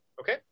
Okay